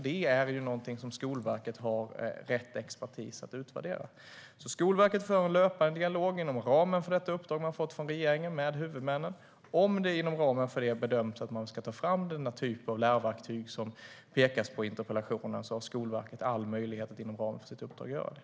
Det är någonting som Skolverket har rätt expertis att utvärdera. Skolverket för alltså en löpande dialog med huvudmännen inom ramen för det uppdrag man fått från regeringen. Om man inom ramen för det bedömer att man ska ta fram den typ av lärverktyg som pekas på i interpellationen har Skolverket all möjlighet att inom ramen för sitt uppdrag göra det.